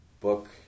book